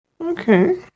Okay